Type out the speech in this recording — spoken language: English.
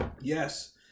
Yes